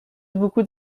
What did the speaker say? beaucoup